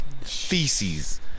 feces